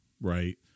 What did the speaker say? right